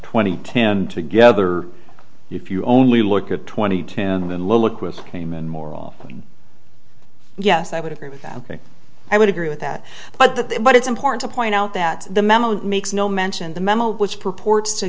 twenty ten together if you only look at twenty two and look with came in more often yes i would agree with that and i would agree with that but then but it's important to point out that the memo makes no mention the memo which purports to